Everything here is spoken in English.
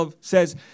says